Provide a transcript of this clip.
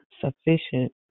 sufficient